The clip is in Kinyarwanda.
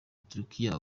turukiya